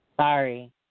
Sorry